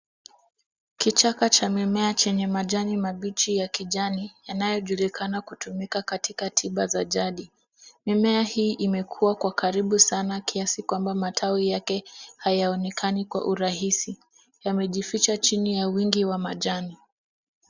Kichaka cha mimea chenye majani mabichi ya kijani yanayojulikana kutumika katika tiba za jadi. Mimea hii imekua kwa karibu sana kiasi kwamba matawi yake hayaonekani kwa urahisi; yamejificha chini ya wingi wa majani.